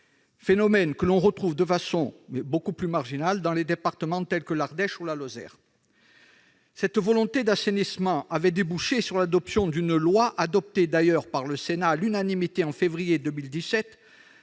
phénomène que l'on retrouve de façon plus marginale dans des départements tels que l'Ardèche ou la Lozère. Cette volonté d'assainissement avait débouché sur l'adoption d'une loi, votée d'ailleurs par le Sénat à l'unanimité en février 2017,